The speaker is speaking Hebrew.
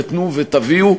תנו ותביאו,